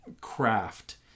craft